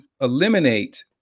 eliminate